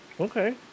Okay